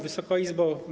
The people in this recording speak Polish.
Wysoka Izbo!